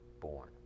born